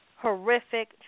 horrific